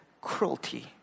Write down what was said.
cruelty